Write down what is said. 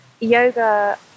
yoga